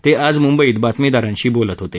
ते आज मुंबईत बातमीदारांशी बोलत होते